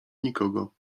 nikogo